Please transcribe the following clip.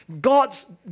God's